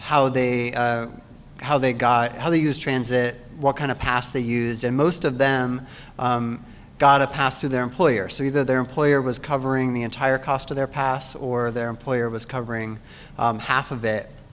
how they how they got how they use transit what kind of pass they used and most of them got a pass through their employer so either their employer was covering the entire cost of their past or their employer was covering half of it